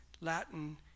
Latin